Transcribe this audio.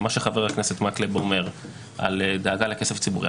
מה שחבר הכנסת מקלב אומר על הדאגה לכסף ציבורי,